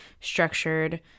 structured